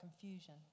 confusion